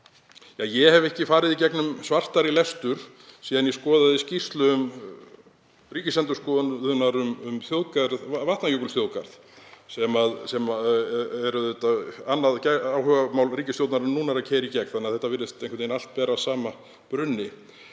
Ég hef ekki farið í gegnum svartari lestur síðan ég skoðaði skýrslu Ríkisendurskoðunar um Vatnajökulsþjóðgarð sem er annað áhugamál ríkisstjórnarinnar að keyra í gegn þannig að þetta virðist einhvern veginn allt bera að sama brunni.